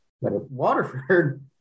Waterford